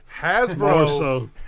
Hasbro